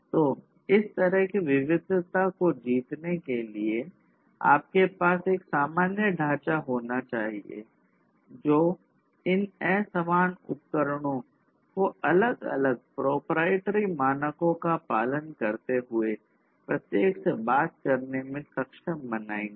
तो इस तरह की विविधता को जीतने के लिए आपके पास एक सामान्य ढांचा होना चाहिए जो इन असमान उपकरणों को अलग अलग प्रोपराइटरी मानकों का पालन करते हुए प्रत्येक से बात करने के सक्षम मनाएंगे